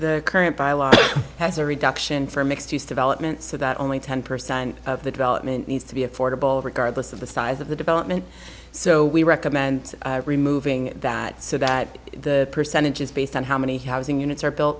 have current bylaws has a reduction for mixed use development so that only ten percent of the development needs to be affordable regardless of the size of the development so we recommend removing that so that the percentage is based on how many housing units are built